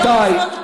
הן לא עושות כלום.